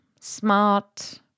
smart